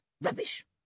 Rubbish